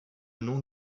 nom